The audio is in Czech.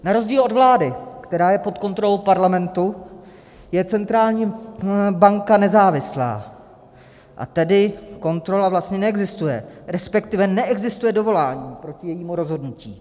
Na rozdíl od vlády, která je pod kontrolou parlamentu, je centrální banka nezávislá, a tedy kontrola vlastně neexistuje, respektive neexistuje dovolání proti jejímu rozhodnutí.